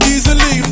Easily